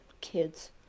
kids